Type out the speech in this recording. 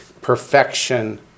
perfection